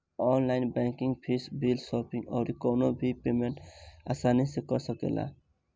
online banking से fees, bill, shopping अउरी कवनो भी पेमेंट आसानी से कअ सकेला